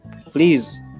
please